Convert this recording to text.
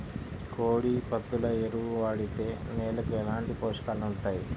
కోడి, పందుల ఎరువు వాడితే నేలకు ఎలాంటి పోషకాలు అందుతాయి